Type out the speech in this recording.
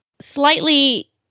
slightly